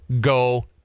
go